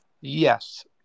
yes